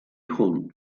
hwn